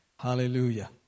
Hallelujah